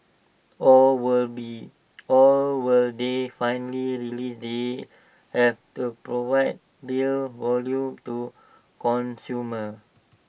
or will be or will they finally realise they have to provide real value to consumers